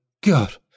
God